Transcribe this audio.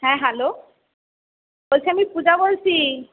হ্যাঁ হ্যালো বলছি আমি পূজা বলছি